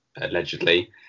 allegedly